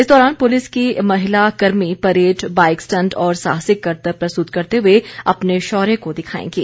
इस दौरान पुलिस की महिला कर्मी परेड बाईक स्टंट और साहसिक करतब प्रस्तुत करते हुए अपने शौर्य को दिखाएंगी